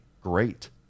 great